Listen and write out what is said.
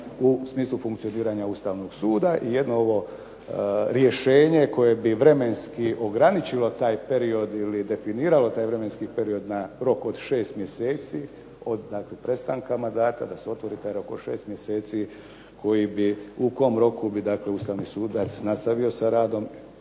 u smislu funkcioniranja Ustavnog suda i jedino ovo rješenje koje bi vremensko ograničilo taj period ili definiralo taj vremenski period na rok od 6 mjeseci, od prestanka mandata u kom roku bi Ustavni sudac nastavio sa radom,